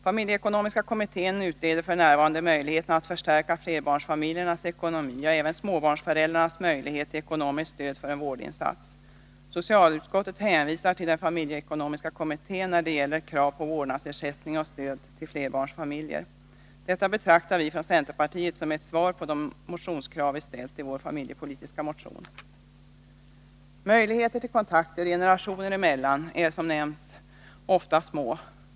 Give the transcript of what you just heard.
Familjeekonomiska kommittén utreder f. n. möjligheten att förstärka flerbarnsfamiljernas ekonomi och även småbarnsföräldrarnas möjlighet till ekonomiskt stöd för en vårdinsats. Socialutskottet hänvisar till den familjeekonomiska kommittén när det gäller krav på vårdnadsersättning och stöd till flerbarnsfamiljer. Detta betraktar vi från centerpartiet som ett svar på de motionskrav vi ställt i vår familjepolitiska motion. Möjligheter till kontakter generationer emellan är, som nämnts, ofta små.